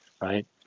right